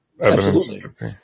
evidence